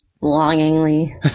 longingly